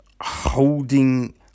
Holding